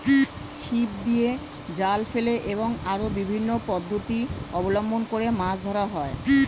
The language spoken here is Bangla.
ছিপ দিয়ে, জাল ফেলে এবং আরো বিভিন্ন পদ্ধতি অবলম্বন করে মাছ ধরা হয়